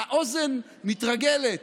האוזן מתרגלת.